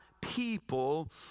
people